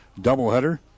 doubleheader